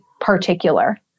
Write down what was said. particular